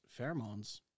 pheromones